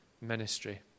ministry